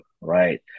right